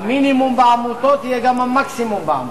המינימום בעמותות יהיה גם המקסימום בעמותות.